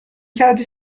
کردی